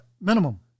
minimum